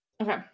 Okay